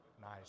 Nice